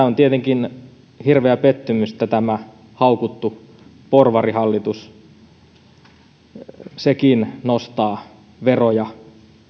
on tietenkin hirveä pettymys että tämä haukuttu porvarihallituskin nostaa veroja